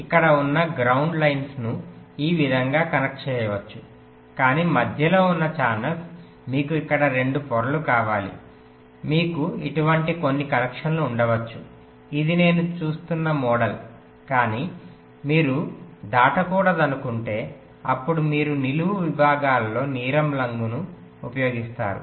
ఇక్కడ ఉన్న గ్రౌండ్ లైన్లను ఈ విధంగా కనెక్ట్ చేయవచ్చు కానీ మధ్యలో ఉన్న ఛానెల్స్ మీకు ఇక్కడ రెండు పొరలు కావాలి మీకు ఇటు వంటి కొన్ని కనెక్షన్లు ఉండవచ్చు ఇది నేను చూస్తున్న మోడల్ కానీ మీరు దాటకూడదనుకుంటే అప్పుడు మీరు నిలువు విభాగాలలో నీలం రంగును ఉపయోగిస్తారు